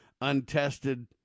untested